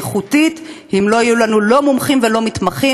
ואיכותית אם לא יהיו לנו לא מומחים ולא מתמחים?